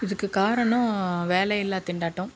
இதுக்கு காரணம் வேலையில்லா திண்டாட்டம்